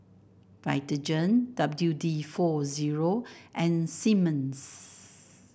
Vitagen W D four zero and Simmons